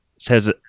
says